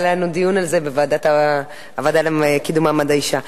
היה לנו דיון על זה בוועדה לקידום מעמד האשה.